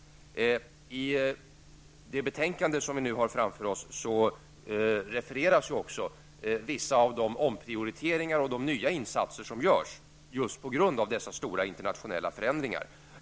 I det betänkande som vi nu har framför oss refereras vissa av de omprioriteringar och nya insatser som görs på grund av dessa stora internationella förändringar.